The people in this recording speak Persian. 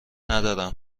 ندارم